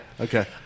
okay